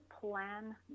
plan